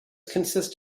consist